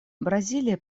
бразилия